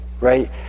right